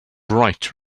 bright